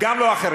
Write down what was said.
וגם לא אחרים.